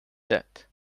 that